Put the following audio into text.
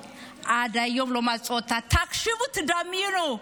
עד היום לא מצאו את הילדה הזאת.